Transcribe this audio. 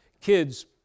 Kids